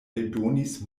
eldonis